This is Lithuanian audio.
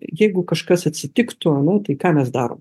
jeigu kažkas atsitiktų ane tai ką mes darom